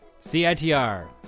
CITR